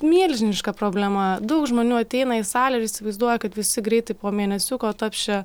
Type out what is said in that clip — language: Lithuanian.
milžiniška problema daug žmonių ateina į salę ir įsivaizduoja kad visi greitai po mėnesiuko taps čia